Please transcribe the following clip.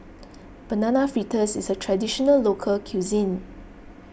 Banana Fritters is a Traditional Local Cuisine